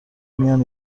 میان